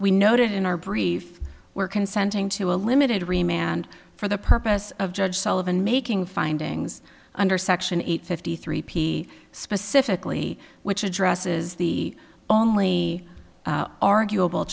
noted in our brief were consenting to a limited remained for the purpose of judge sullivan making findings under section eight fifty three p specifically which addresses the only arguable